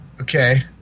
Okay